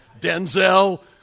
Denzel